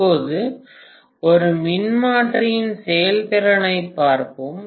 இப்போது ஒரு மின்மாற்றியின் செயல்திறனைப் பார்ப்போம்